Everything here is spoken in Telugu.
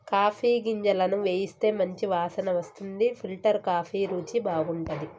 కాఫీ గింజలను వేయిస్తే మంచి వాసన వస్తుంది ఫిల్టర్ కాఫీ రుచి బాగుంటది